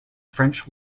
french